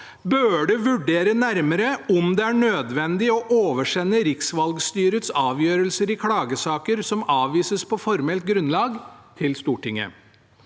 burde vurdere nærmere om det er nødvendig å oversende riksvalgstyrets avgjørelser i klagesaker som avvises på formelt grunnlag, til Stortinget.